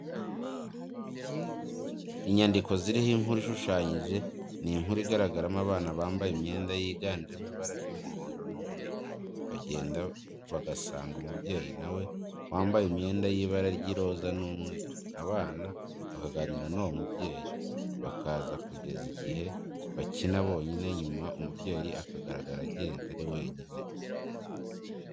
Inyandiko ziriho inkuru ishushanyije ni inkuru igaragaramo abana bambaye imyenda yiganjemo ibara ry'umuhondo n'umweru, bagenda bagasanga umubyeyi nawe wambaye imyenda y'ibara ry'iroza n'umweru, abana bakaganira n'uwo mubyeyi, bakaza kugeza igihe bakina bonyine nyuma umubyeyi akagaragara agenda ari wenyine.